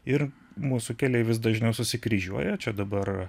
ir mūsų keliai vis dažniau susikryžiuoja čia dabar